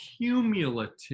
cumulative